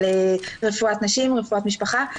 על רפואת נשים ורפואת משפחה.